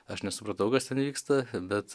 aš nesupratau kas ten vyksta bet